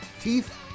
teeth